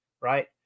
right